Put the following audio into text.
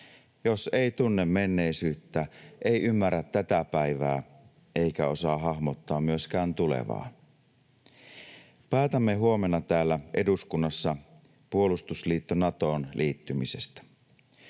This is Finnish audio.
jos ei tunne menneisyyttä, ei ymmärrä tätä päivää, eikä osaa hahmottaa myöskään tulevaa. Päätämme huomenna täällä eduskunnassa puolustusliitto Natoon liittymisestä.